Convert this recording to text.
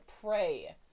pray